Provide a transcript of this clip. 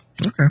Okay